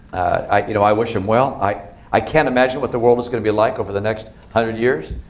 i you know i wish them well. i i can't imagine what the world is going to be like over the next one hundred years.